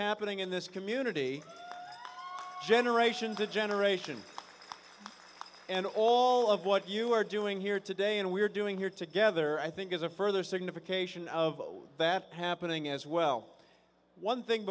happening in this community generation to generation and all of what you are doing here today and we are doing here together i think is a further signification of that happening as well one thing